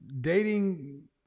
dating